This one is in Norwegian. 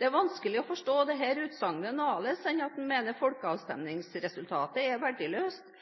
Det er vanskelig å forstå dette utsagnet annerledes enn at han mener folkeavstemningsresultatet er verdiløst,